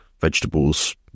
vegetables